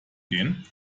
gehen